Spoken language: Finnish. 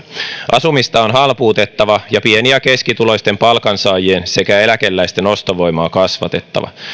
asumista on halpuutettava ja pieni ja keskituloisten palkansaajien sekä eläkeläisten ostovoimaa kasvatettava